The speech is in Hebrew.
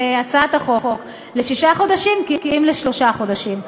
הצעת החוק, לשישה חודשים, כי אם לשלושה חודשים.